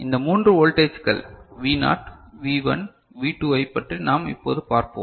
இந்த மூன்று வோல்டேஜ்கள் V நாட் வி 1 வி 2 -வை பற்றி நாம் இப்போது பார்ப்போம்